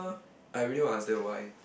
I really want to ask them why